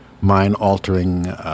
mind-altering